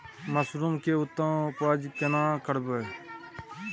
Mushroom के उत्तम उपज केना करबै?